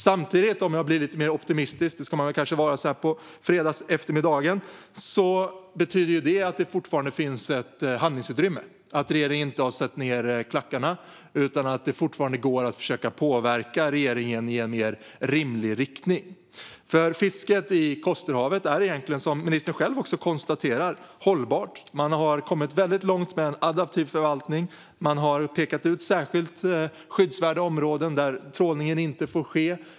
Samtidigt - om jag blir lite optimistisk, vilket man kanske ska vara så här på fredagseftermiddagen - betyder detta att det fortfarande finns ett handlingsutrymme och att regeringen inte har satt ned klackarna utan att det fortfarande går att försöka påverka regeringen i en mer rimlig riktning. Fisket i Kosterhavet är egentligen, som ministern själv konstaterade, hållbart. Man har kommit väldigt långt med en adaptiv förvaltning, och man har pekat ut särskilt skyddsvärda områden där trålning inte får ske.